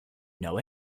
know